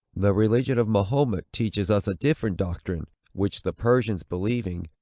the religion of mahomet teaches us a different doctrine, which the persians believing,